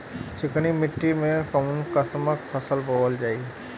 चिकनी मिट्टी में कऊन कसमक फसल बोवल जाई?